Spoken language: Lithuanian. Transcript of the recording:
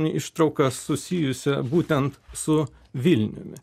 ištrauką susijusią būtent su vilniumi